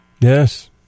Yes